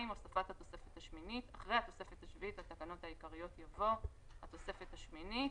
הוספת 2. אחרי התוספת השביעית לתקנות העיקריות יבוא: התוספת השמינית